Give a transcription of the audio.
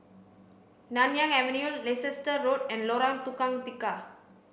Nanyang Avenue Leicester Road and Lorong Tukang Tiga